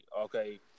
okay